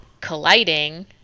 colliding